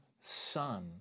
Son